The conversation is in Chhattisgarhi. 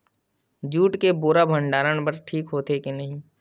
जूट के बोरा भंडारण बर ठीक होथे के नहीं?